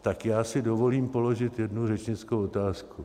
Tak já si dovolím položit jednu řečnickou otázku.